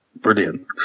brilliant